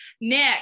Nick